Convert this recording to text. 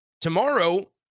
Tomorrow